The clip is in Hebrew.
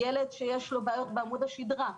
ילד שיש לו בעיות בעמוד השדרה,